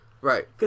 right